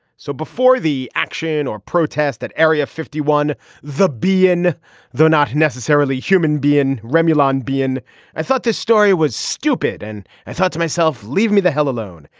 so before the action or protest at area fifty one the be in though not necessarily human being. remy bean. i thought this story was stupid and i thought to myself leave me the hell alone.